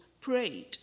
prayed